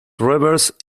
reversed